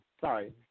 sorry